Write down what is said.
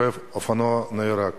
רוכב אופנוע נהרג.